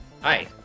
Hi